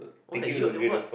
why you eh what